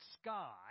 sky